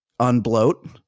unbloat